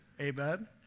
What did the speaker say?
Amen